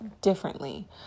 differently